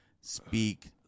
speak